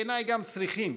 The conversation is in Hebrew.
בעיניי גם צריכים,